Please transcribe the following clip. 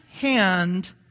hand